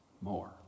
more